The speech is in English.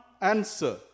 answer